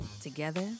Together